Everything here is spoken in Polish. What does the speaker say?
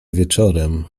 wieczorem